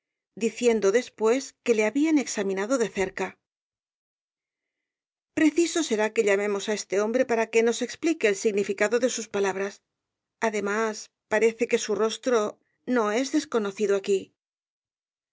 diciendo después que le habían examinado de cerca preciso será que llamemos á este hombre para que nos explique el significado de sus palabras además parece que su rostro no es desconocido aquí